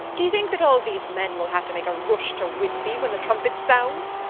do ye think that all these men will have to make a rush to whitby when the trumpet sounds?